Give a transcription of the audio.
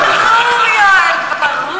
ברור, יואל.